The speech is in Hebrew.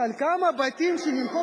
על כמה בתים שנמכור,